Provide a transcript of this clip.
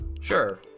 sure